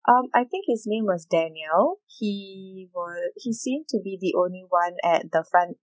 um I think his name was daniel he was he seemed to be the only one at the front